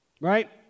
right